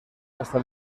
hasta